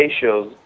shows